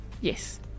Yes